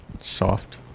soft